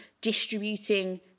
distributing